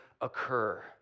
occur